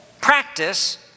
practice